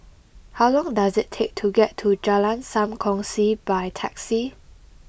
how long does it take to get to Jalan Sam Kongsi by taxi